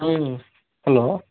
hello